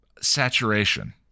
saturation